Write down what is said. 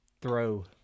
throw